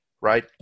right